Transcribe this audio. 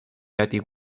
attic